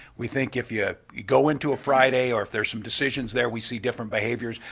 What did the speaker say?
we think if you go into a friday or if there are some decisions there, we see different behaviors,